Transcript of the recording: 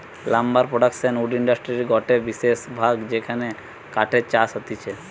lumber production wood ইন্ডাস্ট্রির গটে বিশেষ ভাগ যেখানে কাঠের চাষ হতিছে